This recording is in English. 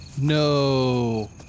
No